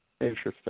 Interesting